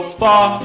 far